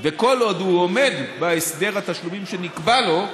וכל עוד הוא עומד בהסדר התשלומים שנקבע לו,